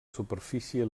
superfície